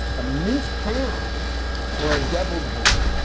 a minced ham or a deviled ham